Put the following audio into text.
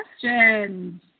questions